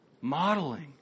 Modeling